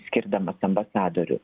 skirdamas ambasadorių